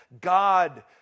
God